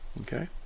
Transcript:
okay